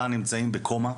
וארבעה נמצאים בקומה.